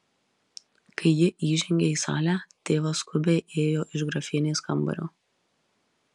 kai ji įžengė į salę tėvas skubiai ėjo iš grafienės kambario